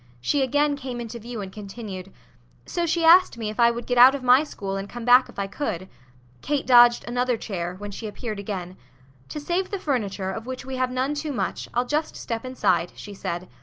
she again came into view and continued so she asked me if i would get out of my school and come back if i could kate dodged another chair when she appeared again to save the furniture, of which we have none too much, i'll just step inside, she said.